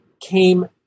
came